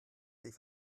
sich